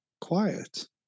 quiet